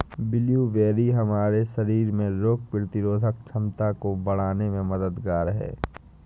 blueberry हमारे शरीर में रोग प्रतिरोधक क्षमता को बढ़ाने में मददगार है